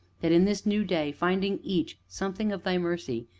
that, in this new day, finding each something of thy mercy,